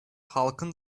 halkın